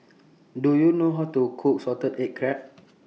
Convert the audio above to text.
Do YOU know How to Cook Salted Egg Crab